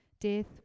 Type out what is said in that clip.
death